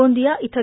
गोंदिया इथं